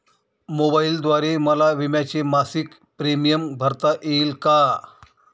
मोबाईलद्वारे मला विम्याचा मासिक प्रीमियम भरता येईल का?